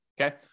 okay